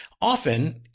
Often